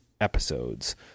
episodes